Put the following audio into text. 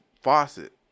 faucet